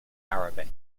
arabic